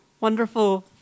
wonderful